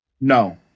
No